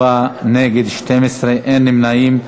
בעד, 24, נגד, 12, אין נמנעים.